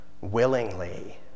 willingly